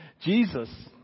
Jesus